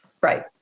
Right